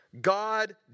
God